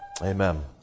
Amen